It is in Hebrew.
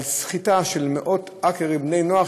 נודע על סחיטה של מאות בני-נוער,